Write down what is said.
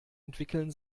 entwickeln